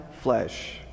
flesh